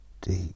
deep